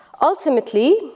Ultimately